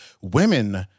women